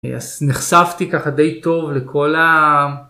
נחשפתי ככה די טוב לכל ה...